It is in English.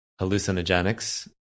hallucinogenics